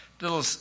little